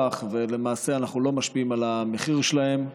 ולמעשה אנחנו לא משפיעים על המחיר שלהם.